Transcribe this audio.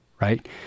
Right